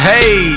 Hey